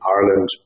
Ireland